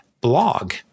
blog